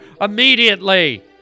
immediately